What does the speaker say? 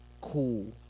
cool